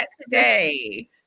today